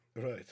Right